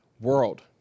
world